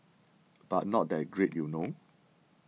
but not that great you know